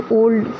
old